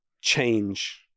change